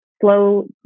slow